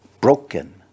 broken